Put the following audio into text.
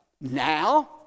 now